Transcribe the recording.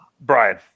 Brian